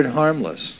harmless